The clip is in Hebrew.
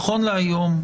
נכון להיום,